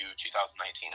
2019